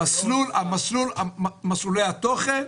מסלולי התוכן,